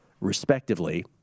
respectively